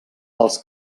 els